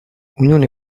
unione